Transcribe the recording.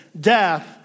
death